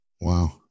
Wow